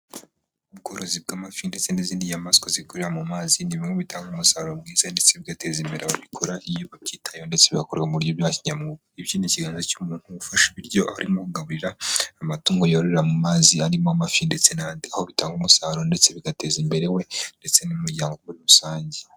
Ubworozi bw'amafi ndetse n'izindi nyamaswa zikuririra mu mazi ni bimwe bitanga umusaruro mu ndetse bigateza imbere ababikora, iyo babyitayeho ndetse bigakorwa mu buryo bwa kinyamwuga, ikiganza cy'umuntu ufasha ibiryo abamugaburira amatungo yororera mu mazi harimo amafi ndetse n'andi aho bitanga umusaruro ndetse bigateza imbere we ndetse n'umuryango muri rusange.